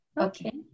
Okay